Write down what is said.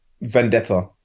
Vendetta